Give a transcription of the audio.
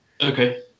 Okay